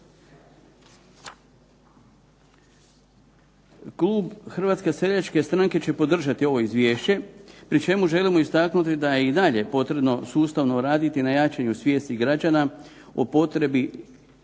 Klub HSS-a će podržati ovo izvješće, pri čemu želimo istaknuti da je i dalje potrebno sustavno raditi na jačanju svijesti građana o potrebi